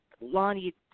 Lonnie